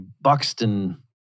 Buxton